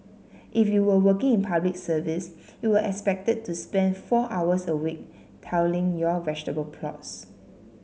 if you were working in Public Service you were expected to spend four hours a week tilling your vegetable plots